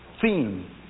theme